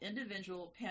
individual